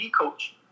coach